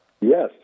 Yes